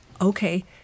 Okay